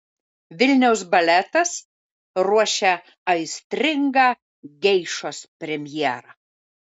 vilniaus baletas ruošia aistringą geišos premjerą